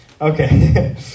Okay